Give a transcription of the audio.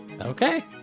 Okay